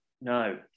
No